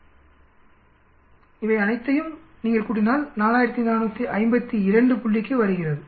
62 இவை அனைத்தையும் நீங்கள் கூட்டினால் 4452 புள்ளிக்கு வருகிறது